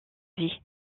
vie